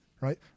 right